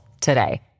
today